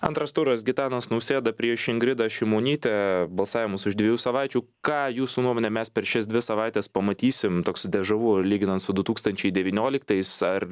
antras turas gitanas nausėda prieš ingridą šimonytę balsavimas už dviejų savaičių ką jūsų nuomone mes per šias dvi savaites pamatysim toks dežavu lyginant su du tūkstančiai devynioliktais ar